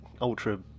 ultra